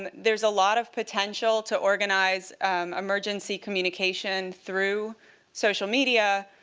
and there's a lot of potential to organize emergency communication through social media,